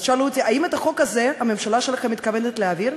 אז שאלו אותי: האם את החוק הזה הממשלה שלכם מתכוונת להעביר?